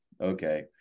Okay